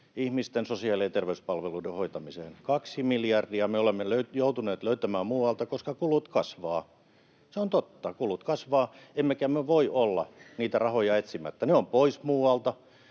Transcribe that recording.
ihmisten sosiaali- ja terveyspalveluiden hoitamiseen. Kaksi miljardia me olemme joutuneet löytämään muualta, koska kulut kasvavat. Se on totta, kulut kasvavat, emmekä me voi olla niitä rahoja etsimättä. Ne ovat pois muualta.